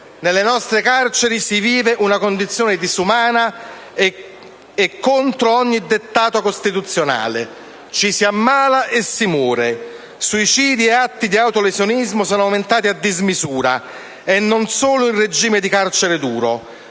Nelle nostre carceri si vive una condizione disumana e contro ogni dettato costituzionale, ci si ammala e si muore. Suicidi e atti di autolesionismo sono aumentati a dismisura, e non solo in regime di carcere duro.